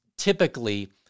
Typically